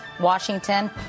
Washington